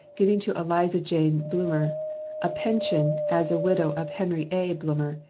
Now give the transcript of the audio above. giving to eliza jane blumer a pension as a widow of henry a. blumer,